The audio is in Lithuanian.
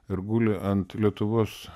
ir guli ant lietuvos